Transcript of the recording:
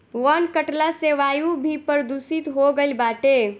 वन कटला से वायु भी प्रदूषित हो गईल बाटे